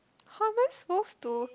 how am I supposed to